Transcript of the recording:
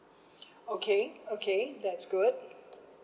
okay okay that's good